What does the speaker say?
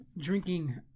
drinking